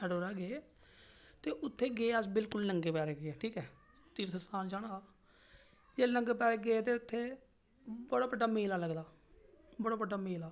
ते मेटाडोरा गे ते उत्थें गे अस बिल्कुल नंगें पैरें गे ठीक ऐ तीर्थ स्थान जाना हा ते जेल्लै नंगें पैरेंगे ते उत्थें बड़ा बड्डा मेला लगदा बड़ा बड्डा मेला